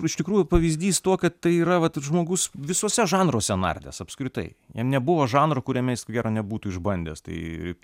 iš tikrųjų pavyzdys tuo kad tai yra vat žmogus visuose žanruose nardęs apskritai jam nebuvo žanro kuriame jis ko gero nebūtų išbandęs tai